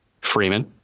Freeman